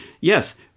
Yes